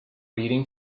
reading